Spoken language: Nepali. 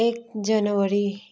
एक जनवरी